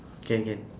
can can